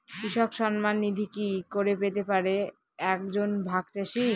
কৃষক সন্মান নিধি কি করে পেতে পারে এক জন ভাগ চাষি?